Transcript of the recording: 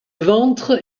ventre